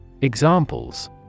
Examples